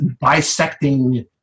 bisecting